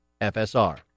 FSR